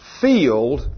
field